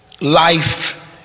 Life